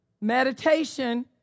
Meditation